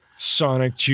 Sonic